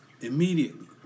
immediately